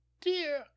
dear